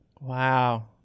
Wow